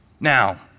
Now